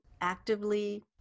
actively